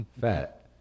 Fat